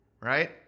right